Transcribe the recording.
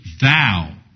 thou